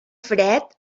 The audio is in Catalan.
fred